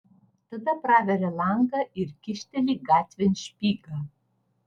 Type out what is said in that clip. tada praveria langą ir kyšteli gatvėn špygą